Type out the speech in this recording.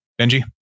Benji